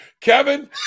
kevin